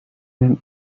men